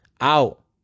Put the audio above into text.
out